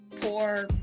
poor